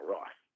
Ross